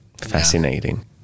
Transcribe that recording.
fascinating